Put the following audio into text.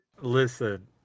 Listen